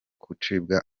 gucibwa